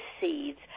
seeds